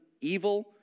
evil